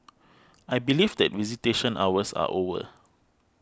I believe that visitation hours are over